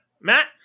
Matt